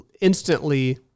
instantly